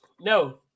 No